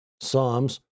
Psalms